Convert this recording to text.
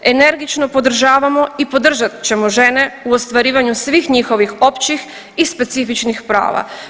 Energično podržavamo i podržat ćemo žene u ostvarivanju svih njihovih općih i specifičnih prava.